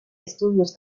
estudios